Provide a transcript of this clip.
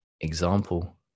example